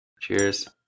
Cheers